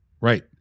right